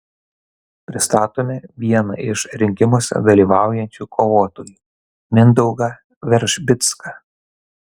pristatome vieną iš rinkimuose dalyvaujančių kovotojų mindaugą veržbicką